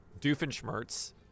Doofenshmirtz